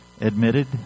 admitted